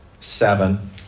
seven